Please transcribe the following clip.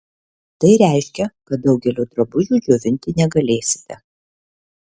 tai reiškia kad daugelio drabužių džiovinti negalėsite